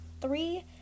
three